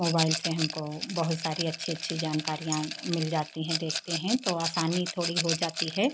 mobile से हमको बहुत सारी अच्छी अच्छी जानकारियाँ मिल जाती हैं देखते हैं तो आसानी थोड़ी हो जाती है